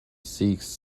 seeks